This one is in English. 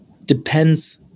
depends